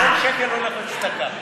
כל שקל הולך לצדקה.